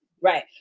right